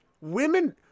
Women